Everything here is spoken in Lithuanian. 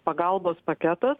pagalbos paketas